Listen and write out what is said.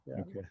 Okay